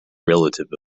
relative